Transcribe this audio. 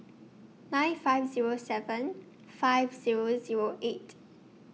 nine five Zero seven five Zero Zero eight